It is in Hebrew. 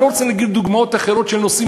אני לא רוצה להגיד דוגמאות אחרות של נושאים